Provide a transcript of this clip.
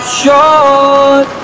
short